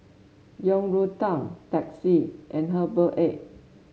Yang Rou Tang Teh C and Herbal Egg